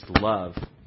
love